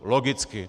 Logicky!